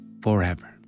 forever